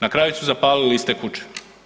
Na kraju su zapalili iste kuće.